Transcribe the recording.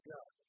God